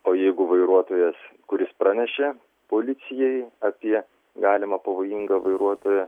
o jeigu vairuotojas kuris pranešė policijai apie galimą pavojingą vairuotoją